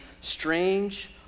strange